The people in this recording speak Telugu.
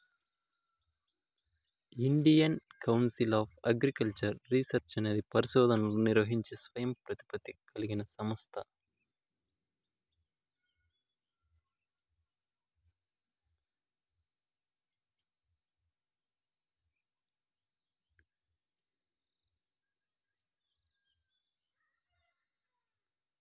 Indian council of agricultural research అనేది పరిశోధనలను నిర్వహించే స్వయం ప్రతిపత్తి కలిగిన సంస్థ